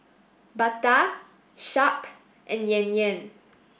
Bata Sharp and Yan Yan